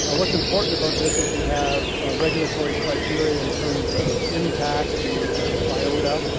ah what's important about this is we have a regulatory criteria in terms of impact to biota.